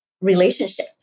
relationship